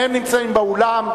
השר פלד נמצא גם הוא פה.